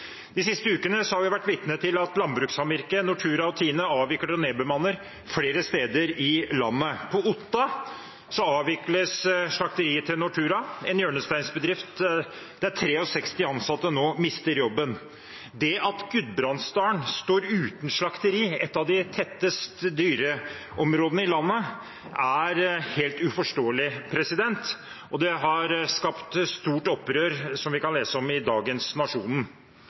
De siste ukene har vi vært vitne til at Landbrukssamvirket, Nortura og TINE avvikler og nedbemanner flere steder i landet. På Otta avvikles slakteriet til Nortura, en hjørnesteinsbedrift der 63 ansatte nå mister jobben. Det at Gudbrandsdalen står uten slakteri, et av de tetteste dyreområdene i landet, er helt uforståelig, og det har skapt stort opprør, som vi kan lese om i dagens